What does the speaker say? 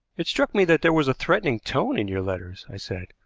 it struck me that there was a threatening tone in your letters, i said.